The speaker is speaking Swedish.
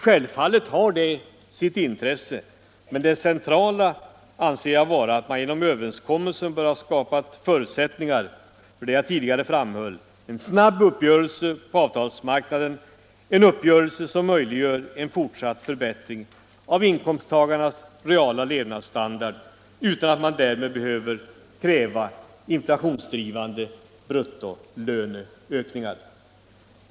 Självfallet har detta sitt intresse, men det centrala anser jag vara att man genom överenskommelsen bör ha skapat förutsättningar för en snabb uppgörelse på arbetsmarknaden, en uppgörelse som möjliggör en fortsatt förbättring av inkomsttagarnas reala levnadsstandard utan att man därmed behöver kräva inflationsdrivande bruttolöneökningar.